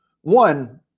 one